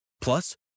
Plus